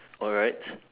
alright